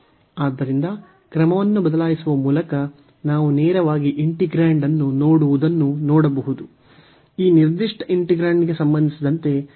ಆದ್ದರಿಂದ ಕ್ರಮವನ್ನು ಬದಲಾಯಿಸುವ ಮೂಲಕ ನಾವು ನೇರವಾಗಿ ಇಂಟಿಗ್ರೇಂಡ್ ಅನ್ನು ನೋಡುವುದನ್ನು ನೋಡಬಹುದು ಈ ನಿರ್ದಿಷ್ಟ ಇಂಟಿಗ್ರಾಂಡ್ಗೆ ಸಂಬಂಧಿಸಿದಂತೆ ನಾವು ಸುಲಭವಾಗಿ ಸಂಯೋಜಿಸಬಹುದು